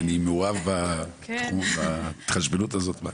שאני מעורב בהתחשבנות הזאת.